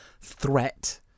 threat